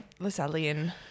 lasallian